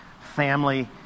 family